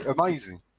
amazing